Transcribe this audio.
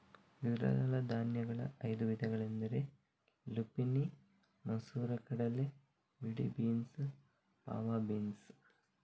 ದ್ವಿದಳ ಧಾನ್ಯಗಳ ಐದು ವಿಧಗಳೆಂದರೆ ಲುಪಿನಿ ಮಸೂರ ಕಡಲೆ, ಬಿಳಿ ಬೀನ್ಸ್, ಫಾವಾ ಬೀನ್ಸ್